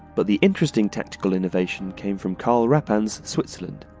but the interesting tactical innovation came from karl rappan's switzerland.